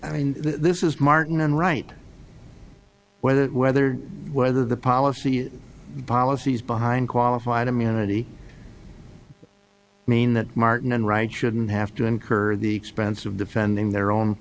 i mean this is martin on right whether whether whether the policy the policies behind qualified immunity mean that martin and right shouldn't have to incur the expense of defending their own